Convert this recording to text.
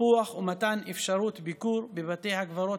טיפוח ומתן אפשרות ביקור בבתי הקברות